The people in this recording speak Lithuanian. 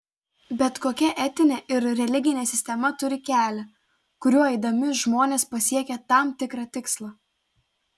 bet kokia etinė ir religinė sistema turi kelią kuriuo eidami žmonės pasiekia tam tikrą tikslą